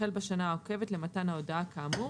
החל בשנה העוקבת למתן ההודעה כאמור